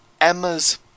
Emma's